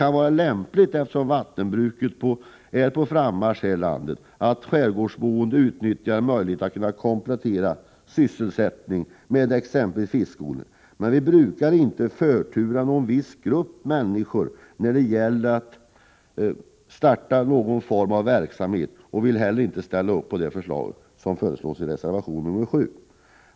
Men eftersom vattenbruket är på frammarsch här i landet kan det vara lämpligt att skärgårdsboende utnyttjar möjligheten att komplettera sin sysselsättning med exempelvis fiskodling. Vi brukar dock inte medverka till förtur åt en viss grupp människor när det gäller att starta någon form av verksamhet. Vi stöder således inte förslaget i reservation nr 7.